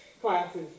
classes